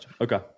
Okay